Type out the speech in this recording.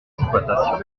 exploitation